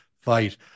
fight